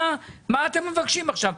מה אתם מבקשים עכשיו.